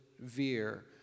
veer